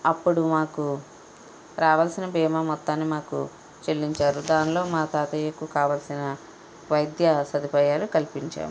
అప్పుడు మాకు రావలసిన బీమా మొత్తాన్ని మాకు చెల్లించారు దానిలో మా తాతయ్యకు కావలసిన వైద్య సదుపాయాలు కల్పించాము